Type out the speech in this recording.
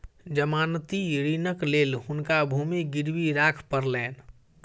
जमानती ऋणक लेल हुनका भूमि गिरवी राख पड़लैन